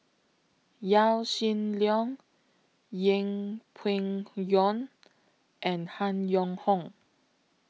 Yaw Shin Leong Yeng Pway Ngon and Han Yong Hong